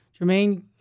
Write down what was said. Jermaine